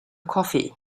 coffee